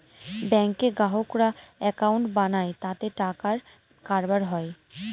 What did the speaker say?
ব্যাঙ্কে গ্রাহকরা একাউন্ট বানায় তাতে টাকার কারবার হয়